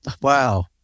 Wow